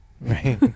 Right